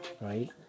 right